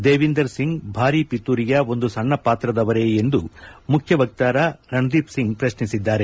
ದೇವಿಂದರ್ ಸಿಂಗ್ ಭಾರೀ ಪಿತೂರಿಯ ಒಂದು ಸಣ್ಣ ಪಾತ್ರದವರೇ ಎಂದು ಮುಖ್ಣ ವಕ್ನಾರ ರಣದೀಪ್ ಸಿಂಗ್ ಪ್ರತ್ಯಿಸಿದ್ದಾರೆ